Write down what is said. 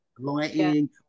lighting